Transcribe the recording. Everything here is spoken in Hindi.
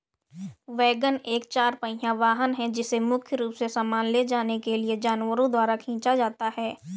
वैगन एक चार पहिया वाहन है जिसे मुख्य रूप से सामान ले जाने के लिए जानवरों द्वारा खींचा जाता है